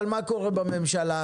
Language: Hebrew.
אבל מה קורה בממשלה?